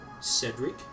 Cedric